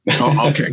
Okay